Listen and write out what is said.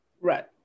Right